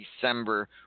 December